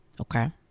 okay